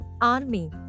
Army